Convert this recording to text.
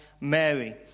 Mary